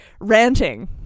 ranting